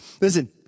Listen